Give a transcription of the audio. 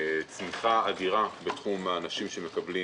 בצמיחה אדירה בכמות האנשים שמקבלים